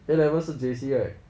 A level 是 J_C right